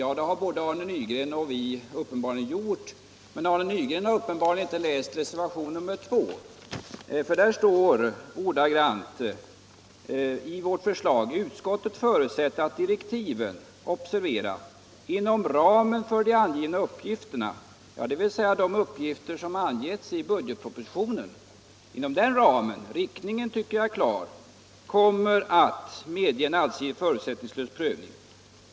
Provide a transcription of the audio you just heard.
Ja, det har både Arne Nygren och vi reservanter uppenbarligen gjort, men Arne Nygren har tydligen inte läst reservationen 2, för där står ordagrant i vårt förslag: ”Utskottet förutsätter att direktiven — inom ramen för de angivna uppgifterna —”, dvs. de uppgifter som har angivits i budgetpropositionen; riktningen tycker jag är klar, ”kommer att medge en allsidig och förutsättningslös prövning —-”.